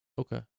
Okay